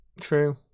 True